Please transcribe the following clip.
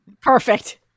perfect